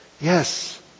Yes